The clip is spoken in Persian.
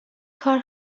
کار